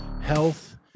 health